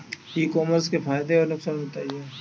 ई commerce के फायदे और नुकसान बताएँ?